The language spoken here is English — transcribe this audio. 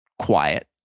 quiet